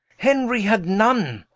henry had none,